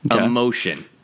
Emotion